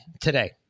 today